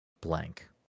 Blank